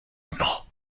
dno